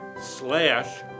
slash